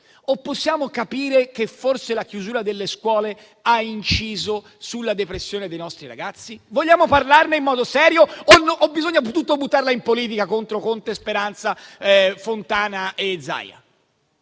o possiamo capire che forse la chiusura delle scuole ha inciso sulla depressione dei nostri ragazzi? Vogliamo parlarne in modo serio o bisogna buttarla tutta in politica contro Conte, Speranza, Fontana e Zaia?